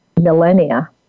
millennia